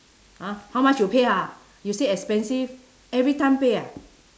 !huh! how much you pay ah you say expensive every time pay ah